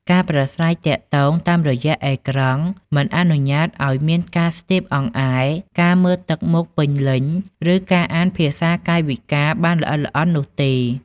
ការប្រាស្រ័យទាក់ទងតាមរយៈអេក្រង់មិនអនុញ្ញាតឱ្យមានការស្ទាបអង្អែល ការមើលទឹកមុខពេញលេញ ឬការអានភាសាកាយវិការបានល្អិតល្អន់នោះទេ។